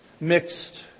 mixed